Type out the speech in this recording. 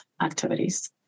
activities